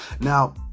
now